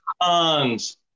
Tons